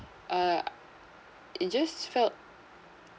uh it just felt